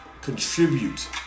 contribute